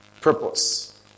purpose